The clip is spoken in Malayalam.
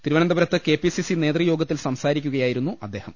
തിരുവനന്തപു രത്ത് കെ പി സി സി നേതൃയോഗത്തിൽ സംസാരിക്കുകയായി രുന്നു അദ്ദേഹം